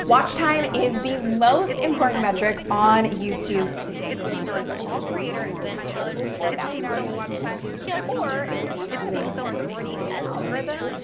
watch time is the most important metric on youtube today. so if you're a small creator and you're trying to get to four thousand hours of watch time or if you're just trying to build more authority in the algorithm,